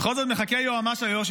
בכל זאת מחכה יועמ"ש איו"ש,